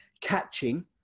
catching